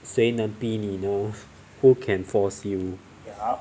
谁能逼你呢 who can force you